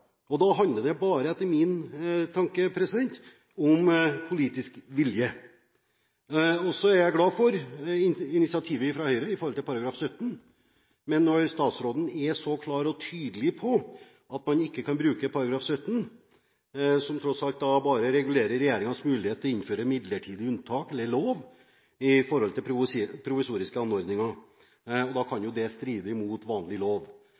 det. Da handler det etter min mening bare om politisk vilje. Jeg er glad for initiativet fra Høyre om § 17. Men statsråden er klar og tydelig på at man ikke kan bruke § 17 – som tross alt bare regulerer regjeringens mulighet til å innføre midlertidig unntak eller lov om provisoriske anordninger – fordi det kan stride mot vanlig lov.